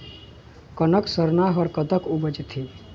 कनक सरना हर कतक उपजथे?